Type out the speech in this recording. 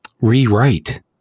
rewrite